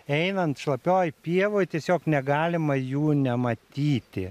einant šlapioj pievoj tiesiog negalima jų nematyti